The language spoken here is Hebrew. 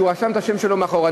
שהוא רשם את השם שלו מאחור.